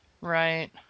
Right